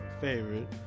favorite